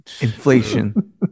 Inflation